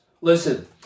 Listen